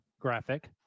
graphic